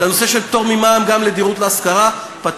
את הנושא של פטור ממע"מ גם לדירות להשכרה פתרנו,